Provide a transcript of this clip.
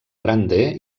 grande